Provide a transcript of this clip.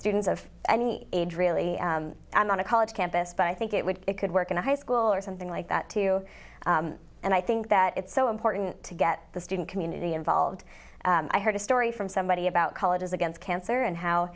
students of any age really i'm not a college campus but i think it would it could work in a high school or something like that to you and i think that it's so important to get the student community involved i heard a story from somebody about colleges against cancer and how